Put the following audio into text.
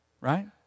Right